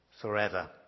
forever